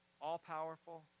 all-powerful